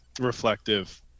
reflective